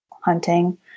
hunting